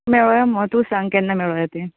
मेळोयां मुगो तूं सांग केन्ना मेळोयां तें